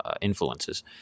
influences